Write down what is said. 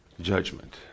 Judgment